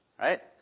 right